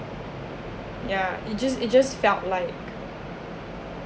yeah ah it just it just felt like